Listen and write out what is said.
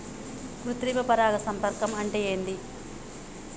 కృత్రిమ పరాగ సంపర్కం అంటే ఏంది?